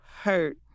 hurt